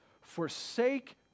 Forsake